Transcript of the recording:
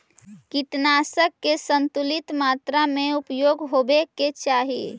कीटनाशक के संतुलित मात्रा में उपयोग होवे के चाहि